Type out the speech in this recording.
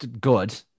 good